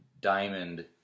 Diamond